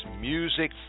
Music